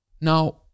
Now